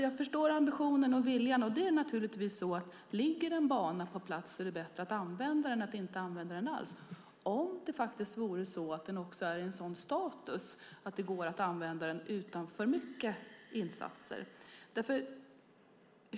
Jag förstår ambitionen och viljan, och om det ligger en bana på plats är det naturligtvis bättre att använda den än att inte använda den, om den är i ett sådant skick att den går att använda utan för mycket insatser.